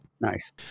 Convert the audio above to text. Nice